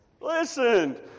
Listen